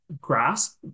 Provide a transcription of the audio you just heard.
grasp